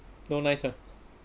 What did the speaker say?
no nice [one]